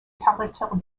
caractère